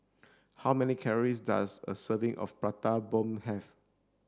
how many calories does a serving of Prata Bomb have